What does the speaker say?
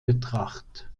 betracht